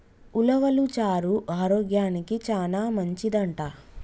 ఉలవలు చారు ఆరోగ్యానికి చానా మంచిదంట